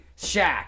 Shaq